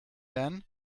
then